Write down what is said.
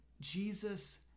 Jesus